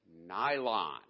Nylon